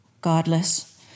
Godless